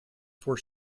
for